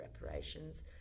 reparations